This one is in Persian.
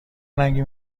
رنگی